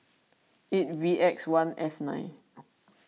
eight V X one F nine